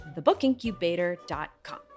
thebookincubator.com